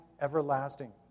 everlasting